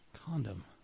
Condom